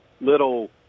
little